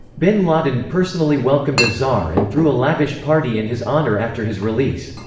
bin laden personally welcomed azhar and threw a lavish party in his honor after his release.